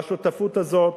והשותפות הזאת,